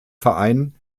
verein